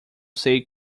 sei